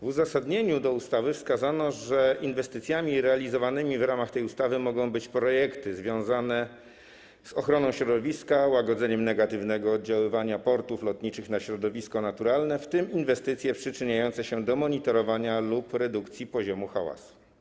W uzasadnieniu ustawy wskazano, że inwestycjami realizowanymi w ramach tej ustawy mogą być projekty związane z ochroną środowiska, łagodzeniem negatywnego oddziaływania portów lotniczych na środowisko naturalne, w tym inwestycje przyczyniające się do monitorowania lub redukcji poziomu hałasu.